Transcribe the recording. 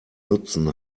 nutzen